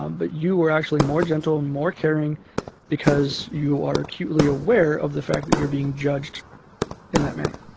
um but you were actually more gentle and more caring because you are acutely aware of the fact that you're being judged in that manner